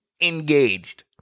engaged